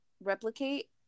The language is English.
replicate